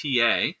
TA